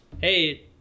Hey